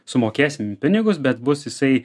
sumokėsim pinigus bet bus jisai